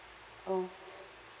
orh